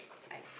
ice